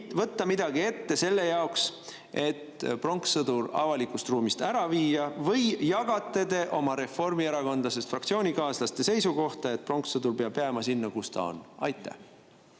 võtta midagi ette selle jaoks, et pronkssõdur avalikust ruumist ära viia, või jagate te Reformierakonna fraktsiooni liikmete seisukohta, et pronkssõdur peab jääma sinna, kus ta on? Aitäh!